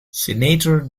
senator